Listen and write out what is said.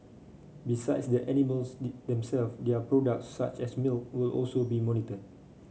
besides the animals their products such as milk will also be monitored